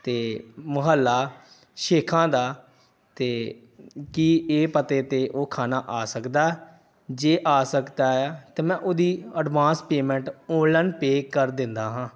ਅਤੇ ਮੁਹੱਲਾ ਸ਼ੇਖਾਂ ਦਾ ਅਤੇ ਕੀ ਇਹ ਪਤੇ 'ਤੇ ਉਹ ਖਾਣਾ ਆ ਸਕਦਾ ਜੇ ਆ ਸਕਦਾ ਹੈ ਤਾਂ ਮੈਂ ਉਹਦੀ ਐਡਵਾਂਸ ਪੇਮੈਂਟ ਔਨਲਾਈਨ ਪੇ ਕਰ ਦਿੰਦਾ ਹਾਂ